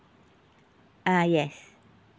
uh yes